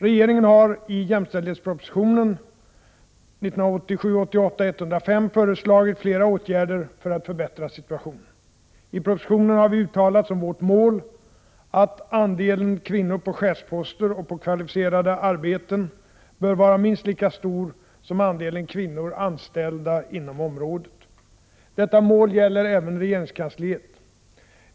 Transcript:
Regeringen har i jämställdhetspropositionen föreslagit flera åtgärder för att förbättra situationen. I propositionen har vi uttalat som vårt mål att andelen kvinnor på chefsposter och på kvalificerade arbeten bör vara minst lika stor som andelen kvinnor anställda inom området. Detta mål gäller även regeringskansliet.